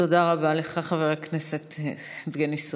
תודה רבה לך, חבר הכנסת יבגני סובה.